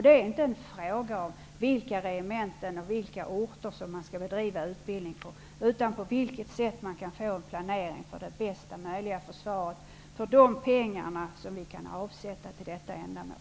Det är inte en fråga om vilka regementen och orter som man skall bedriva utbildning på, utan på vilket sätt man kan få en planering för det möjliga försvaret för de pengar som vi kan avsätta till detta ändamål.